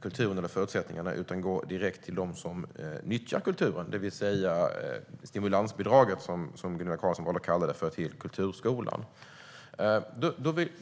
kulturen utan går direkt till dem som nyttjar kulturen, det vill säga stimulansbidraget till kulturskolan.